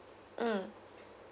mm